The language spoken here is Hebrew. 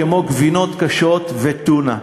כמו גבינות קשות וטונה.